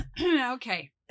okay